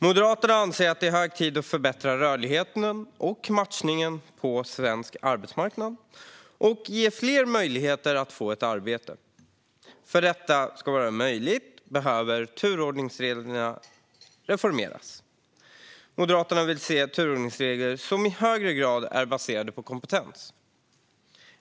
Moderaterna anser att det är hög tid att förbättra rörligheten och matchningen på svensk arbetsmarknad och ge fler möjlighet att få ett arbete. För att detta ska vara möjligt behöver turordningsreglerna reformeras. Moderaterna vill se turordningsregler som i högre grad är baserade på kompetens.